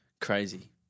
crazy